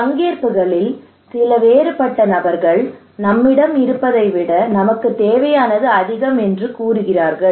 பங்கேற்புகளில் சில வேறுபட்ட நபர்கள் நம்மிடம் இருப்பதை விட நமக்குத் தேவையானது அதிகம் என்று கூறுகிறார்கள்